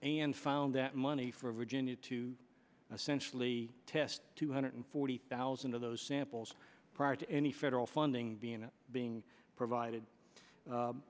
and found that money for virginia to essentially test two hundred forty thousand of those samples prior to any federal funding being being provided